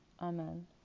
Amen